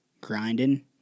Grinding